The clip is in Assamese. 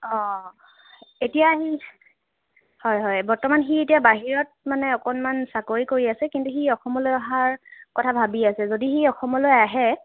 অঁ এতিয়া সি হয় হয় বৰ্তমান সি এতিয়া বাহিৰত মানে অকণমান চাকৰি কৰি আছে কিন্তু সি অসমলৈ অহাৰ কথা ভাবি আছে যদি সি অসমলৈ আহে